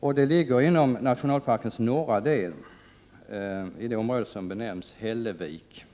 och det ligger i nationalparkens norra del i det område som benämms Hällevik.